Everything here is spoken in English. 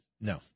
no